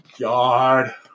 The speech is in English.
god